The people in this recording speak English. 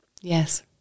yes